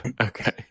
Okay